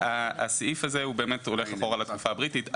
הסעיף הזה באמת הולך אחורה לתקופה הבריטית.